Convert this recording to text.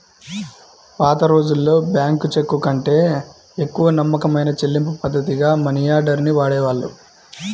పాతరోజుల్లో బ్యేంకు చెక్కుకంటే ఎక్కువ నమ్మకమైన చెల్లింపుపద్ధతిగా మనియార్డర్ ని వాడేవాళ్ళు